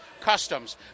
customs